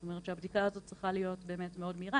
זאת אומרת שהבדיקה הזאת צריכה להיות באמת מאוד מהירה.